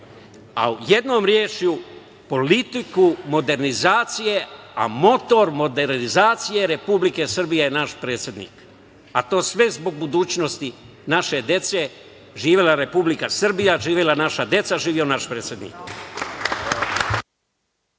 a jednom rečju, politiku modernizacije, a motor modernizacije Republike Srbije je naš predsednik, a to sve zbog budućnosti naše dece. Živela Republika Srbija, živela naša deca, živeo naš predsednik. Hvala.